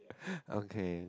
okay